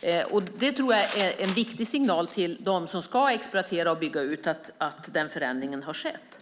Det är en viktig signal till dem som ska exploatera och bygga ut att den förändringen har skett.